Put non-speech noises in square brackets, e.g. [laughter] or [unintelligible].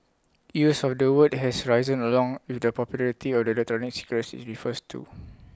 use of the word has risen along with the popularity of the [unintelligible] cigarettes IT refers to